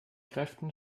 kräften